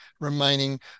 remaining